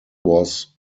was